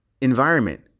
environment